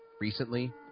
recently